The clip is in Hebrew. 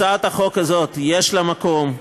הצעת החוק הזאת, יש לה מקום,